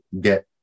get